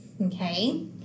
okay